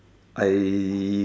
I